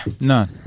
None